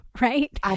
Right